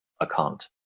account